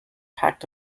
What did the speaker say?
packed